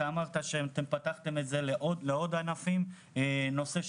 אמרת שפתחת את דיוני הוועדה לענפים נוספים,